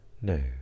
No